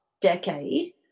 decade